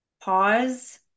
pause